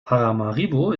paramaribo